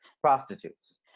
prostitutes